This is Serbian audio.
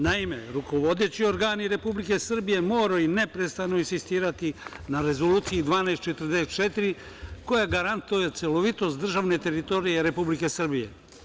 Naime, rukovodeći organi Republike Srbije moraju neprestano insistirati na Rezoluciji 1244, koja garantuje celovitost državne teritorije Republike Srbije.